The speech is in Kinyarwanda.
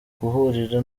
guhurira